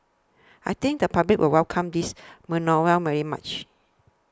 I think the public will welcome this manoeuvre very much